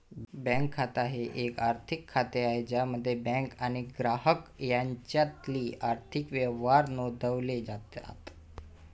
bank खाते हे एक आर्थिक खाते आहे ज्यामध्ये बँक आणि ग्राहक यांच्यातील आर्थिक व्यवहार नोंदवले जातात